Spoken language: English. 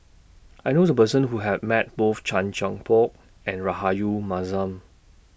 I knew A Person Who Have Met Both Chan Chin Bock and Rahayu Mahzam